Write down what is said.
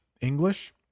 english